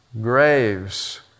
Graves